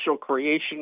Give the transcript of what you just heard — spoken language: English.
creation